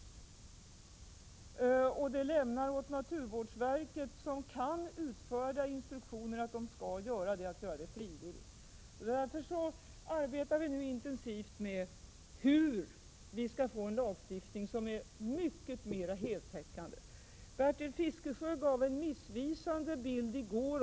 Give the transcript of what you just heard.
Lagen ger även naturvårdsverket, som kan utfärda instruktioner, ansvaret att också göra detta och göra det frivilligt. Därför arbetar vi intensivt med frågan hur vi skall få en lagstiftning som är heltäckande. Bertil Fiskesjö gav en missvisande bild i går.